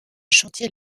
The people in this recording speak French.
chantiers